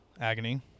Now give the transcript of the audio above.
Agony